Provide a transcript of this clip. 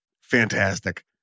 Fantastic